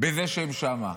בזה שהם שם.